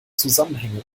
zusammenhänge